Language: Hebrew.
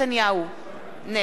נגד חנא סוייד,